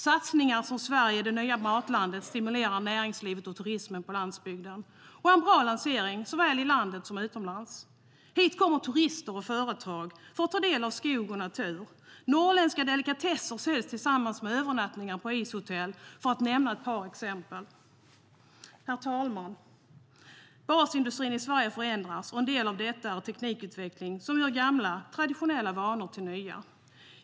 Satsningar som Sverige - det nya matlandet stimulerar näringslivet och turismen på landsbygden och är en bra lansering såväl i landet som utomlands. Hit kommer turister och företag för att ta del av skog och natur. Norrländska delikatesser säljs tillsammans med övernattningar på ishotell, för att nämna ett par exempel. Herr talman! Basindustrin i Sverige förändras, och en del av detta är teknikutveckling som gör gamla, traditionella vanor till nya.